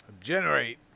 Generate